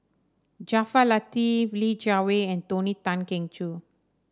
Jaafar Latiff Li Jiawei and Tony Tan Keng Joo